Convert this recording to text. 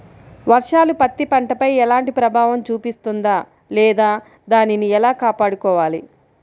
వర్షాలు పత్తి పంటపై ఎలాంటి ప్రభావం చూపిస్తుంద లేదా దానిని ఎలా కాపాడుకోవాలి?